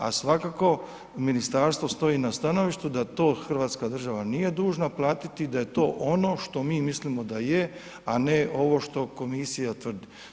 A svakako ministarstvo stoji na stanovištu da to Hrvatska država nije dužna platiti i da je to ono što mi mislimo da je a ne ovo što Komisija tvrdi.